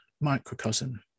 microcosm